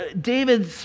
David